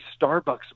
Starbucks